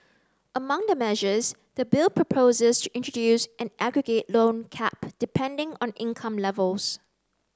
among the measures the bill proposes to introduce an aggregate loan cap depending on income levels